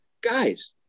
guys